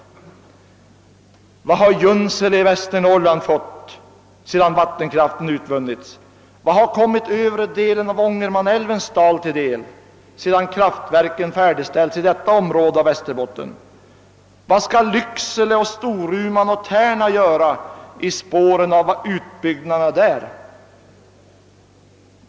Vad har Junsele i Västernorrland fått såsom ersättning sedan vattenkraften där utvunnits? Vad har kommit övre delen av Ångermanälvens dal till del sedan kraftverken färdigställts i detta område av Västerbotten? Vad skall Lycksele och Storuman och Tärna göra i spåren efter utbyggnaderna där?